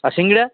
ଆଉ ସିଙ୍ଗଡ଼ା